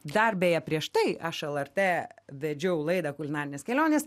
dar beje prieš tai aš lrt vedžiau laidą kulinarinės kelionės